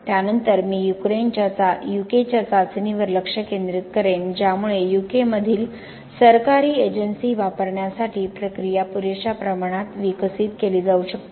त्यानंतर मी यूकेच्या चाचणीवर लक्ष केंद्रित करेन ज्यामुळे यूकेमधील सरकारी एजन्सी वापरण्यासाठी प्रक्रिया पुरेशा प्रमाणात विकसित केली जाऊ शकते